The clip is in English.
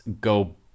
go